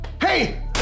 Hey